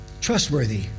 trustworthy